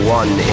one